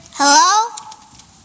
Hello